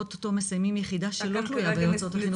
אוטוטו מסיימים יחידה שלא תלויה ביועצות ---.